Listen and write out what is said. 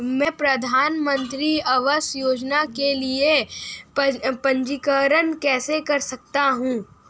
मैं प्रधानमंत्री आवास योजना के लिए पंजीकरण कैसे कर सकता हूं?